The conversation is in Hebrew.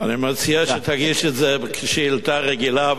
אני מציע שתגיש את זה כשאילתא רגילה,